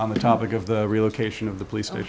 on the topic of the relocation of the police